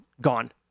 gone